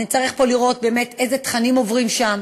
נצטרך פה לראות באמת איזה תכנים עוברים שם,